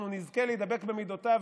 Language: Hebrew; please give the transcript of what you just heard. אנחנו נזכה להידבק במידותיו,